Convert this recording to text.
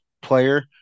player